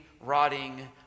rotting